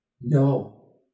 No